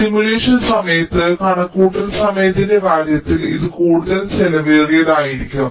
അതിനാൽ സിമുലേഷൻ സമയത്ത് കണക്കുകൂട്ടൽ സമയത്തിന്റെ കാര്യത്തിൽ ഇത് കൂടുതൽ ചെലവേറിയതായിരിക്കും